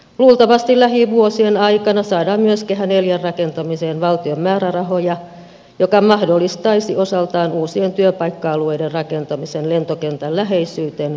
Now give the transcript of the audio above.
luultavasti lähivuosien aikana saadaan myös kehä ivn rakentamiseen valtion määrärahoja joka mahdollistaisi osaltaan uusien työpaikka alueiden rakentamisen lentokentän läheisyyteen kehätien varteen